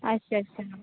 अच्छा अच्छा